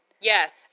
Yes